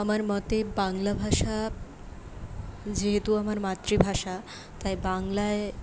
আমার মতে বাংলাভাষা যেহেতু আমার মাতৃভাষা তাই বাংলায়